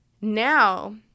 Now